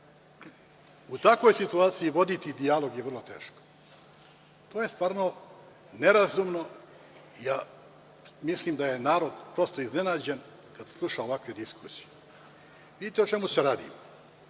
U takvoj situaciji voditi dijalog je jako teško. To je stvarno nerazumno. Ja mislim da je narod prosto iznenađen kada sluša ovakve diskusije. Vidite o čemu se radi.